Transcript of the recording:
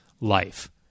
life